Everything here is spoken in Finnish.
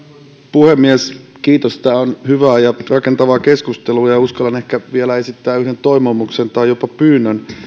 puhemies kiitos tämä on hyvä ja rakentava keskustelu ja uskallan ehkä vielä esittää yhden toivomuksen tai jopa pyynnön